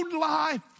life